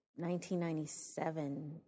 1997